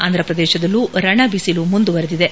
ಆಂಧ್ರಪ್ರದೇಶದಲ್ಲೂ ರಣ ಬಿಸಿಲು ಮುಂದುವರಿದಿದೆ